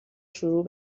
شروع